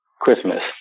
Christmas